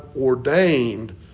ordained